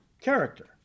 character